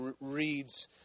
reads